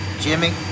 jimmy